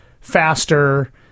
faster